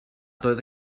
doedd